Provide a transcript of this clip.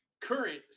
current